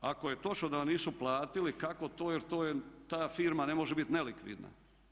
Ako je točno da vam nisu platili kako to, jer to je, ta firma ne može bit nelikvidna.